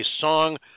song